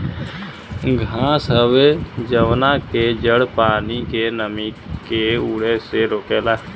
घास हवे जवना के जड़ पानी के नमी के उड़े से रोकेला